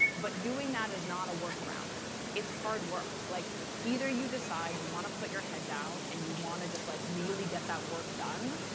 but doing that is not a workaround. it's hard work. like either you decide you want to put your head down and you want to just like really get that work done,